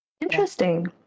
Interesting